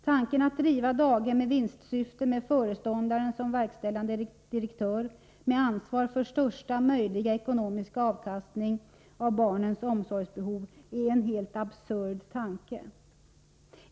Tanken att driva daghem i vinstsyfte med föreståndaren som verkställande direktör med ansvar för största möjliga ekonomiska avkastning av barnens omsorgsbehov är helt absurd.